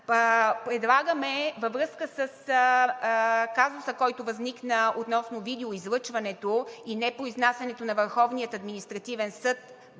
ниво. Във връзка с казуса, който възниква относно видеоизлъчването и непроизнасянето на